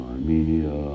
Armenia